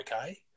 okay